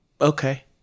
okay